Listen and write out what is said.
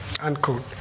Unquote